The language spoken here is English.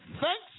thanks